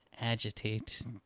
agitate